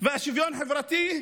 והשוויון החברתי,